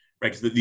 right